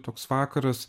toks vakaras